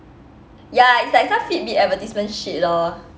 ya it's like some fitbit advertisement shit lor